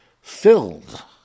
filled